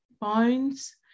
bones